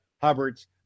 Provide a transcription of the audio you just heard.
Hubbards